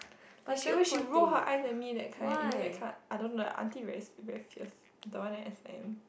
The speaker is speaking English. like she always she roll her eyes at me that kind you know that kind I don't know the auntie very fierce the one at S_I_M